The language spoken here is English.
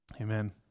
Amen